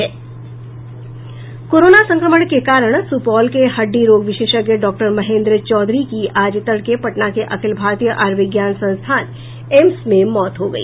corona संक्रमण के कारण सुपौल के हड्डी रोग विशेषज्ञ डॉ महेंद्र चौधरी की आज तड़के पटना के अखिल भारतीय आयुर्विज्ञान संस्थान एम्स में मौत हो गई